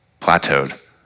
plateaued